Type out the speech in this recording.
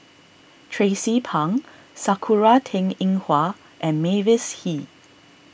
Tracie Pang Sakura Teng Ying Hua and Mavis Hee